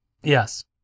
yes